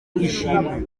ishimwe